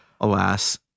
alas